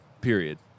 period